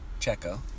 Checo